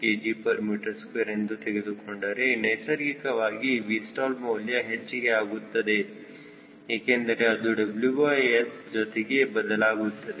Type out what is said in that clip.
6 kgm2 ಎಂದು ತೆಗೆದುಕೊಂಡರೆ ನೈಸರ್ಗಿಕವಾಗಿ Vstall ಮೌಲ್ಯ ಹೆಚ್ಚಿಗೆ ಆಗುತ್ತದೆ ಏಕೆಂದರೆ ಅದು WS ಜೊತೆಗೆ ಬದಲಾಗುತ್ತದೆ